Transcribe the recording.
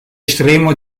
estremo